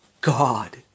God